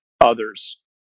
others